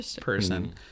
person